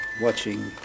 watching